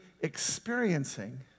experiencing